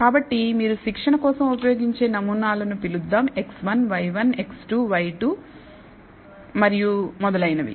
కాబట్టి మీరు శిక్షణ కోసం ఉపయోగించే నమూనాలను పిలుద్దాం x1 y1 x2 y2 మరియు మొదలైనవి